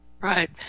Right